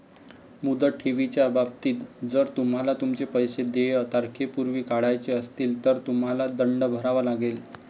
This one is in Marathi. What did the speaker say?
मुदत ठेवीच्या बाबतीत, जर तुम्हाला तुमचे पैसे देय तारखेपूर्वी काढायचे असतील, तर तुम्हाला दंड भरावा लागेल